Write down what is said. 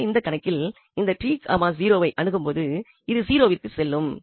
எனவே இந்த கணக்கில் இந்த t 0 வை அணுகும்போது இது 0 விற்கு செல்லும்